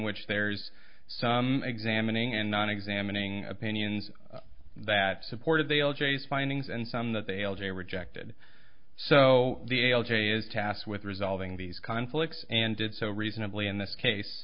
which there's so examining and not examining opinions that supported they'll chase findings and some that the l g rejected so the a l j is tasked with resolving these conflicts and did so reasonably in this case